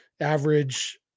average